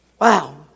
wow